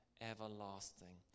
everlasting